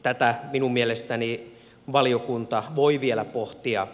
tätä minun mielestäni valiokunta voi vielä pohtia